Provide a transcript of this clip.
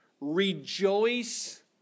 Rejoice